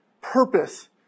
purpose